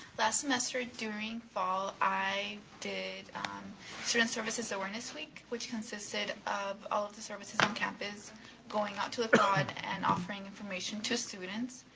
last semester during fall, i did student services that were in this week which consisted of all of the services on campus going up to a and offering information to students.